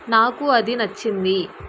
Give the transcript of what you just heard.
నాకు అది నచ్చింది